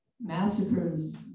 massacres